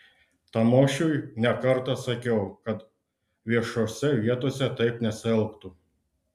tamošiui ne kartą sakiau kad viešose vietose taip nesielgtų